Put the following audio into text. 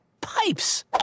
Pipes